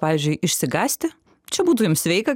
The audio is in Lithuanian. pavyzdžiui išsigąsti čia būtų jums sveika